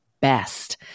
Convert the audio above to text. best